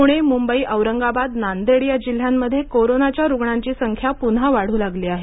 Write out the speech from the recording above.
प्णे मंबई औंरगाबाद नांदेड या जिल्ह्यांमध्ये कोरोनाच्या रुग्णांची संख्या प्न्हा वाढू लागली आहे